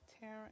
Tara